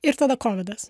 ir tada kovidas